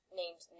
named